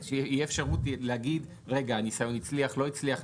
תהיה אפשרות להגיד האם הניסיון הצליח או לא הצליח,